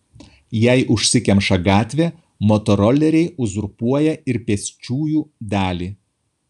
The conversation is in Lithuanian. jei užsikemša gatvė motoroleriai uzurpuoja ir pėsčiųjų dalį